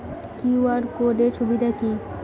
QR code এর সুবিধা কি?